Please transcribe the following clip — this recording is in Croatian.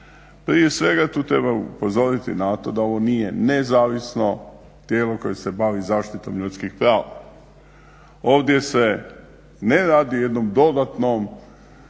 Prije svega tu treba upozoriti na to da ovo nije nezavisno tijelo koje se bavi zaštitom ljudskih prava. Ovdje se ne radi o jednom dodatnom